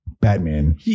Batman